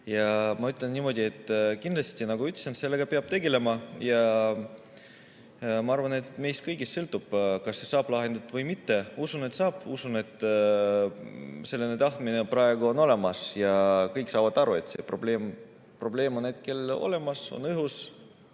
Ma ütlen niimoodi, et kindlasti, nagu ütlesin, sellega peab tegelema, ja ma arvan, et meist kõigist sõltub, kas see saab lahendatud või mitte. Usun, et saab. Usun, et selline tahtmine on praegu olemas ja kõik saavad aru, et see probleem on hetkel olemas, on õhus.